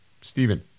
Stephen